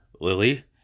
Lily